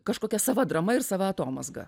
kažkokia sava drama ir sava atomazga